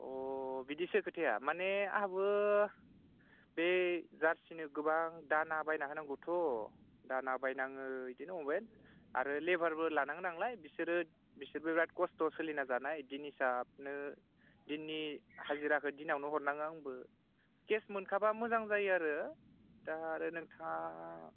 अ बिदिसो खोथाया माने आंहाबो बै जार्सिनो गोबां दाना बायना होनांगौथ' दाना बायनाङो इदिनो अनेख आरो लेबारबो लानाङो नालाय बिसोरबो बिसोरबो बिराद खस्थ' सोलिना जानाय दिन हिसाबनो दिननि हाजिराखो दिनावनो हरनाङो आंबो केस मोनखाब्ला मोजां जायो आरो दा आरो नोंथाङा